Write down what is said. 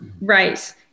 Right